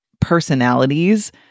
personalities